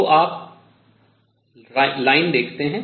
तो आप रेखा देखते हैं